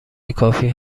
کافی